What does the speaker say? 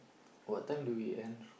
what time do we end